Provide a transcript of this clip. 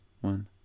One